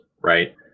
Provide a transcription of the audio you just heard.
right